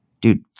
Dude